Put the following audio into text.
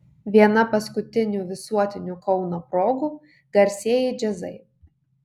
viena paskutinių visuotinių kauno progų garsieji džiazai